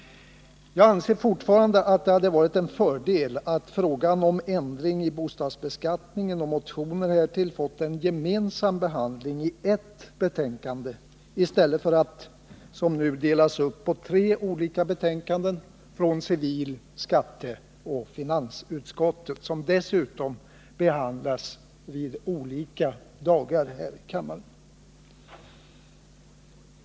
Jag anser fortfarande att det hade varit en fördel om frågan om ändring i bostadsbeskattningen och motioner härtill fått en gemensam behandling i ers betänkande i stället för att delas upp på tre olika betänkanden -— från civil-, skatteoch finansutskotten —- som dessutom behandlas på olika dagar här i kammaren.